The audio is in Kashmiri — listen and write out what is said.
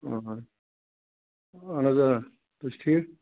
اَہَن حظ اَہن حظ آ تُہۍ چھِو ٹھیٖک